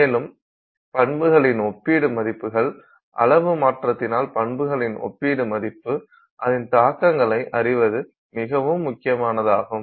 மேலும் பண்புகளின் ஒப்பீடு மதிப்புகள் அளவு மாற்றத்தினால் பண்புகளின் ஒப்பீடு மதிப்பு அதின் தாக்கங்களை அறிவது மிகவும் முக்கியமானதாகும்